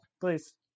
Please